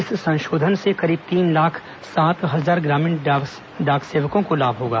इस संशोधन से करीब तीन लाख सात हजार ग्रामीण डाक सेवकों को लाभ होगा